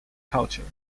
culture